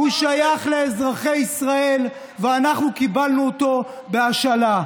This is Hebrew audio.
הוא שייך לאזרחי ישראל ואנחנו קיבלנו אותו בהשאלה.